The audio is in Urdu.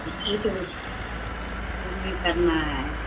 ٹھیک بھی ٹھیک بھی کرنا ہے